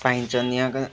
पाइन्छन् यहाँका